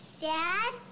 Dad